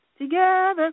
together